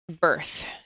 birth